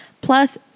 plus